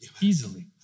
easily